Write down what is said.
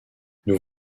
nous